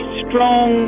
strong